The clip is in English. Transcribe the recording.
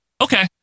Okay